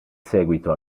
seguito